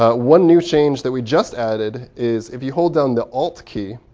ah one new change that we just added is if you hold down the alt key,